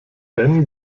ben